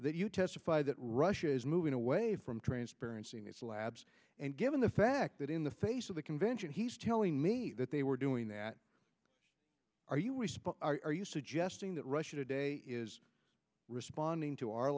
that you testified that russia is moving away from transparency in these labs and given the fact that in the face of the convention he's telling me that they were doing that are you response are you suggesting that russia today is responding to our